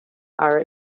are